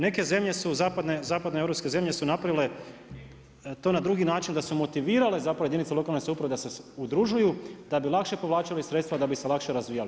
Neke zemlje su zapadne europske zemlje su napravile to na drugi način da su motivirale zapravo jedinice lokalne samouprave da se udružuju da bi lakše povlačili sredstva, da bi se lakše razvijali.